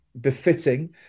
befitting